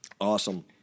Awesome